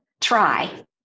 try